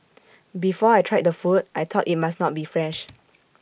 before I tried the food I thought IT must not be fresh